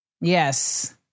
Yes